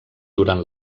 durant